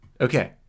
Okay